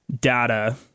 data